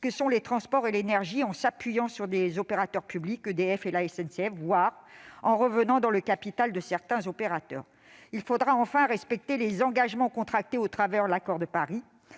que sont les transports et l'énergie, en s'appuyant sur les opérateurs publics, EDF et la SNCF, voire en revenant dans le capital de certains opérateurs ; enfin, respecter les engagements contractés dans l'accord de Paris.